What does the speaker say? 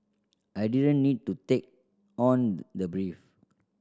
I didn't need to take on the brief